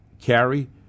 carry